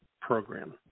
program